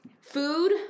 food